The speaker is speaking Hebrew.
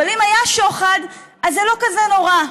אבל אם היה שוחד אז זה לא כזה נורא.